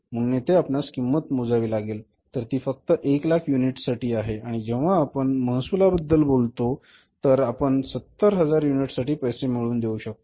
म्हणून येथे आपणास किंमत मोजावी लागेल तर ती फक्त 1 लाख युनिट्ससाठी आहे आणि जेव्हा आपण महसुलाबद्दल बोलतो तर आपण 70000 युनिट्ससाठी पैसे मिळवून देऊ शकतो